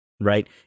right